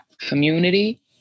community